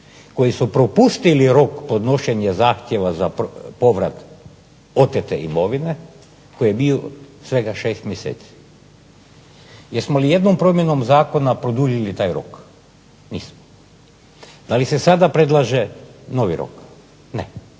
koji su propustili rok podnošenja zahtjeva za povrat otete imovine koji je bio svega šest mjeseci. Jesmo li jednom promjenom zakona produljili taj rok? Nismo. Da li se sada predlaže novi rok? Ne.